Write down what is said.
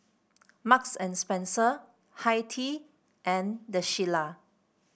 Marks and Spencer Hi Tea and The Shilla